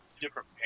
different